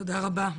תודה רבה.